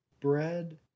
bread